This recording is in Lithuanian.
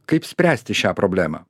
kaip spręsti šią problemą